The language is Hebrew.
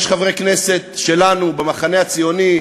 יש חברי כנסת שלנו במחנה הציוני,